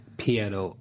piano